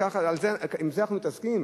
עם זה אנחנו מתעסקים?